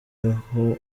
aho